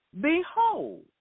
Behold